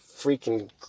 freaking